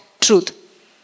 truth